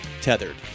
Tethered